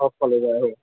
top college आहे